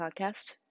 podcast